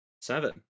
Seven